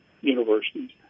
universities